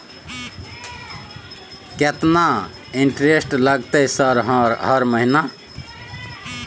केतना इंटेरेस्ट लगतै सर हर महीना?